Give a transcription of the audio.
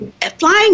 flying